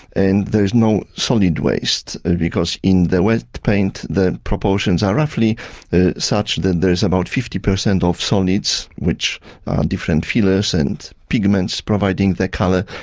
and there is no solid waste because in the wet paint the proportions are roughly such that there is about fifty percent of solids which different fillers and pigments providing the colour,